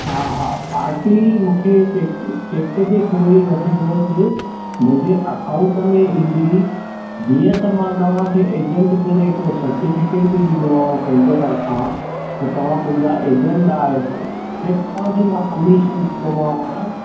हा हा पार्टी मूंखे चेक चेक जे थ्रू ही वठिजोसि मुंहिंजे अकाउंट में ईंदी जीअं त मां तव्हां खे एजंट करे हिकड़ो सर्टिफ़िकेट बि ॾींदोमांव पंहिंजे तरिफां त तव्हां मुंहिंजा एजंट आहियो ऐं तव्हां खे मां कमीशन ॾींदोमांव